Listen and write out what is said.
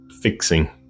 fixing